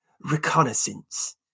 reconnaissance